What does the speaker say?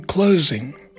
Closing